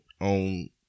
on